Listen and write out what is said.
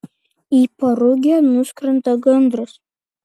į parugę nuskrenda gandras